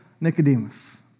Nicodemus